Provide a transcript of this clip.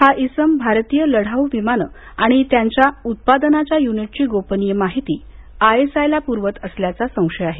हा इसम भारतीय लढाऊ विमानं आणि त्यांच्या उत्पादनाच्या युनिटची गोपनिय माहिती आयएसआयला प्रवत असल्याचा संशय आहे